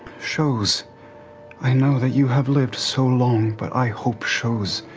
shows i know that you have lived so long but i hope shows